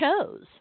chose